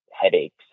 headaches